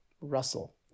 Russell